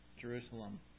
Jerusalem